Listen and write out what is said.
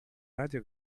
radio